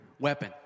weapon